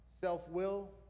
self-will